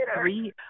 three